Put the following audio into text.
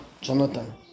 Jonathan